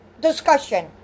discussion